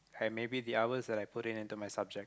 and maybe the hours that I put it into my subject